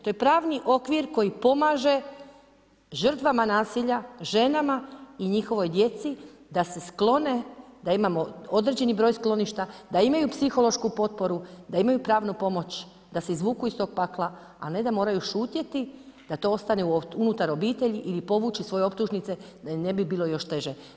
To je pravni okvir koji pomaže žrtvama nasilja ženama i njihovoj djeci da se sklone, da imamo određeni broj skloništa, da imaju psihološku potporu, da imaju pravnu pomoć, da se izvuku iz tog pakla, a ne da moraju šutjeti da to ostane unutar obitelji ili povući svoje optužnice da im ne bi bilo još teže.